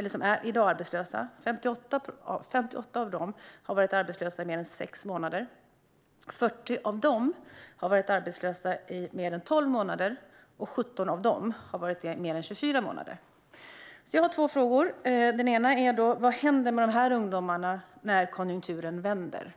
Av dem har 58 varit arbetslösa i mer än sex månader, 40 i mer än tolv månader och 17 i mer än 24 månader. Jag har två frågor. Den ena är: Vad händer med de här ungdomarna när konjunkturen vänder?